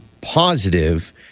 positive